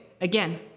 again